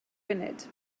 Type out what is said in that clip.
funud